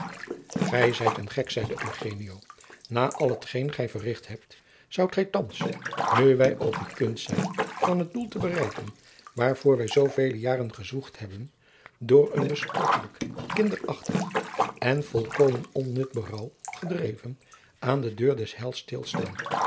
gij zijt een gek zeide eugenio na al hetgeen gij verricht hebt zoudt gij thands nu wij op het punt zijn van het doel te bereiken waarvoor wij zoovele jaren gezwoegd hebben door een bespottelijk kinderachtig en volkomen onnut berouw gedreven aan de deur des heils